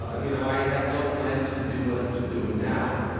ah you know, i had no plans to do what it's doing now.